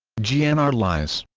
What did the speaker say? g ah n' r lies